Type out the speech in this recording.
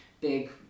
big